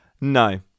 no